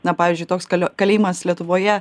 na pavyzdžiui toks kalio kalėjimas lietuvoje